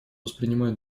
воспринимает